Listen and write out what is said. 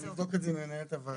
אני אבדוק את זה עם מנהלת הוועדה.